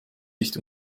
nicht